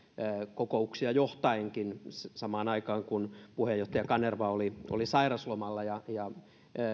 kokouksia johtaenkin samaan aikaan kun puheenjohtaja kanerva oli oli sairaslomalla